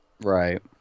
Right